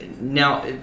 now